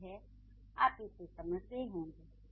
उम्मीद है आप इसे समझ गए होंगे